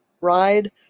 ride